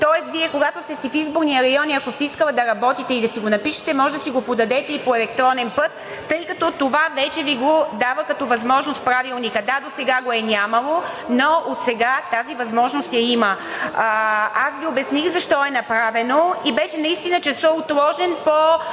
тоест Вие, когато сте в изборния си район и ако сте искала да работите и да го напишете, можете да го подадете и по електронен път, тъй като това вече Ви го дава като възможност Правилникът. Да, досега го е нямало, но отсега тази възможност я има. Обясних Ви защо е направено и часът наистина беше отложен по